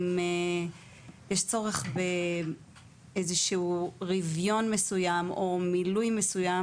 יש צורך באיזשהו רוויון מסוים או מילוי מסוים,